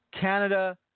Canada